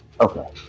Okay